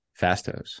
Fastos